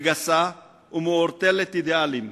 לגסה ולמעורטלת מאידיאלים